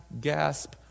gasp